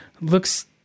looks